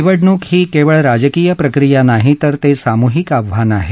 निवडणूक ही केवळ राजकीय प्रक्रिया नाही तर ते सामुहीक आव्हान आहे